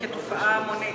וכתופעה המונית.